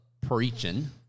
preaching